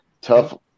tough